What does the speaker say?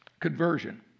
Conversion